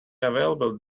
available